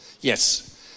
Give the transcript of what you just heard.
Yes